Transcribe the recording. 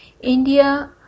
India